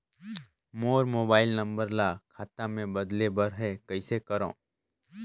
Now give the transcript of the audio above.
मोर mobile number ल खाता मे बदले बर हे कइसे करव?